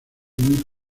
muy